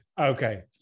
okay